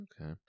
Okay